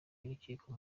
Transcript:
y’urukiko